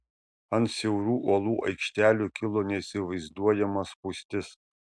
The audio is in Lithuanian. ant siaurų uolų aikštelių kilo neįsivaizduojama spūstis